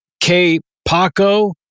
K-Paco